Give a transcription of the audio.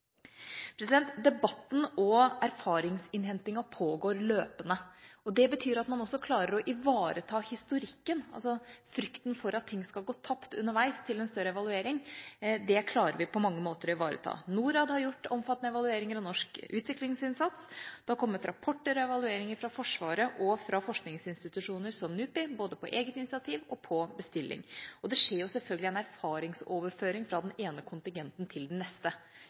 løse. Debatten og erfaringsinnhentinga pågår løpende. Det betyr at man også klarer å ivareta historikken – frykten for at ting skal gå tapt underveis til en større evaluering, klarer vi på mange måter å ivareta. NORAD har gjort omfattende evalueringer av norsk utviklingsinnsats. Det har kommet rapporter og evalueringer fra Forsvaret og fra forskningsinstitusjoner som NUPI, både på eget initiativ og på bestilling. Det skjer selvfølgelig en erfaringsoverføring fra den ene kontingenten til den neste.